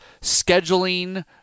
scheduling